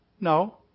No